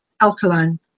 alkaline